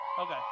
Okay